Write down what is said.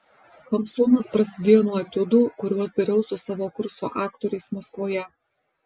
hamsunas prasidėjo nuo etiudų kuriuos dariau su savo kurso aktoriais maskvoje